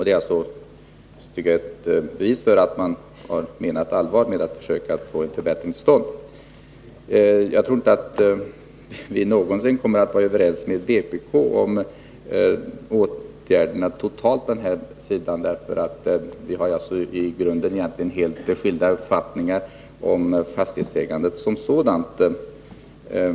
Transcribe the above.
Det är alltså ett bevis på att man har menat allvar med att försöka få en förbättring till stånd. Jagtror inte att vi någonsin kommer att vara överens med vpk om de totala åtgärderna på den här sidan. Vi har i grunden helt skilda uppfattningar om fastighetsägandet som sådant.